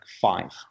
five